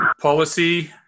Policy